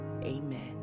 Amen